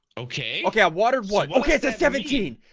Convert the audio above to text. okay, okay. i watered one. okay. the seventeen.